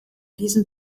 diesen